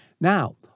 Now